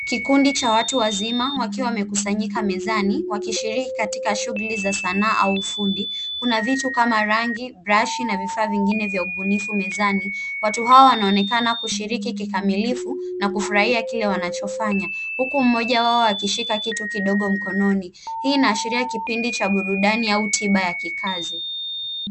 Kikundi cha watu wazima wakiwa wamekusanyika mezani wakishiriki katika shughuli za sanaa au ufundi. Kuna vitu kama rangi, brush na vifaa vingine vya ubunifu mezani. Watu hao wanaonekana kushiriki kikamilifu na kufurahia kile wanachofanya. Huku mmoja wao akishika kitu kidogo mkononi. Hii inaashiria kipindi cha burundani au tiba ya kikazi.